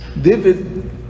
David